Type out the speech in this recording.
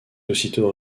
aussitôt